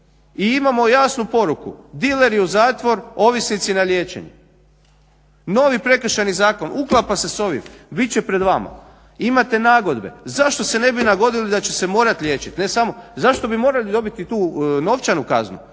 i imamo jasnu poruku, dileri u zatvor, ovisnici na liječenje. Novi Prekršajni zakon uklapa se s ovim, bit će pred vama. Imate nagodbe, zašto se ne bi nagodili da će se morat liječit. Ne samo, zašto bi morali dobiti tu novčanu kaznu.